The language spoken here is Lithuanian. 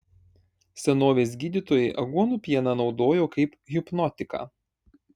senovės gydytojai aguonų pieną naudojo kaip hipnotiką